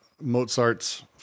Mozart's